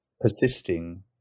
persisting